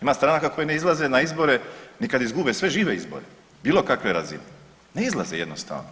Ima stranka koje ne izlaze na izbore ni kad izgube sve žive izbore bilo kakve razine, ne izlaze jednostavno.